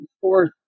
fourth